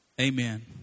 amen